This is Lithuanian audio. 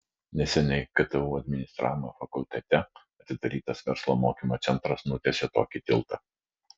neseniai ktu administravimo fakultete atidarytas verslo mokymo centras nutiesė tokį tiltą